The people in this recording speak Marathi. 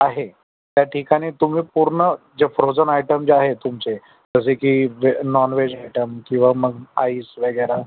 आहे त्या ठिकाणी तुम्ही पूर्ण जे फ्रोजन आयटम जे आहे तुमचे जसे की ब्रे नॉनवेज आयटम किंवा मग आईस वगैरे